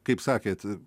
kaip sakėt